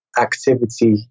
activity